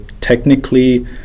technically